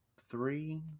Three